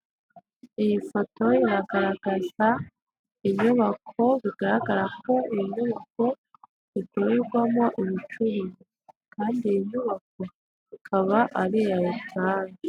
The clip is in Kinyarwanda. Iyi foto iragaragaza inyubako, bigaragara ko iyi nyubako ikorerwamo ubucuruzi kandi iyi nyubako ikaba ari iya etaje.